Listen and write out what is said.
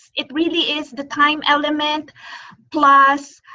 it really is the time element plus